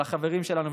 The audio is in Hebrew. על החברים שלנו,